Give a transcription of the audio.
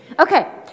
Okay